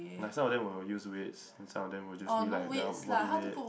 like some of them will use weights and some of them will just be like their body weight